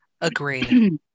agreed